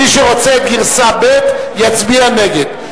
מי שרוצה את גרסה ב' יצביע נגד.